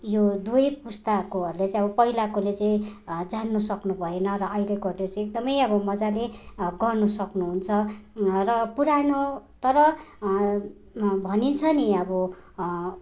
यो दुवै पुस्ताकोहरूले चाहिँ अब पहिलाकोले चाहिँ जान्नु सक्नु भएन र अहिलेकोहरूले चाहिँ एकदमै अब मजाले गर्न सक्नु हुन्छ र पुरानो तर भनिन्छ नि अब